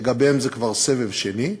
שלגביהם זה כבר סבב שני,